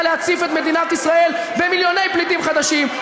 להציף את מדינת ישראל במיליוני פליטים חדשים,